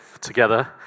together